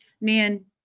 man